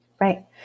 Right